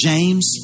James